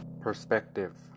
perspective